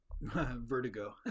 vertigo